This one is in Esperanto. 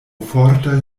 forta